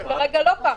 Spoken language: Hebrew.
כרגע זה לא ככה.